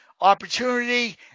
opportunity